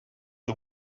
the